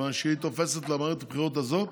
כיוון שהיא תופסת למערכת הבחירות הזאת,